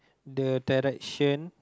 the directions